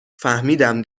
فهمیدم